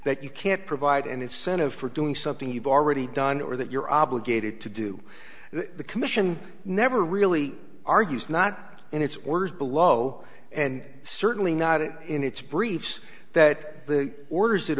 that you can't provide an incentive for doing something you've already done or that you're obligated to do and the commission never really argues not in its words below and certainly not it in its briefs that the orders